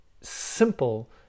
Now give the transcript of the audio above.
simple